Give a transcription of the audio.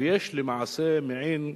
שיש מעין,